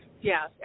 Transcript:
yes